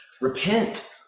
repent